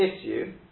issue